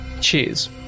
Cheers